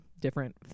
different